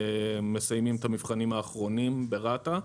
מסיימים את המבחנים האחרונים ברת"א.